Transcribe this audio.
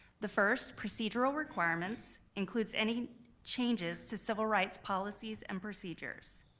the first, procedural requirements, includes any changes to several rights, policies, and procedures.